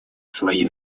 слои